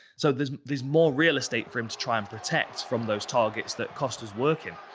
so there's there's more real estate for him to try and protect from those targets that costa's working.